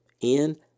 in-